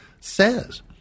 says